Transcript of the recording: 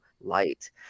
light